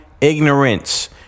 ignorance